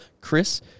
Chris